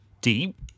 deep